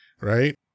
right